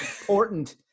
important